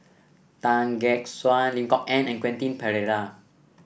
Tan Gek Suan Lim Kok Ann and Quentin Pereira